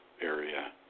area